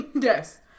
Yes